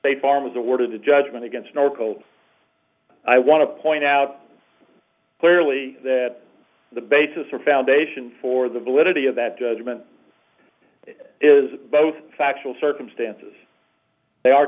they farm was awarded the judgment against an oracle i want to point out clearly that the basis for foundation for the validity of that judgment is both factual circumstances they are